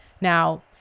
Now